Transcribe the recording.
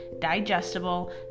digestible